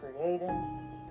creating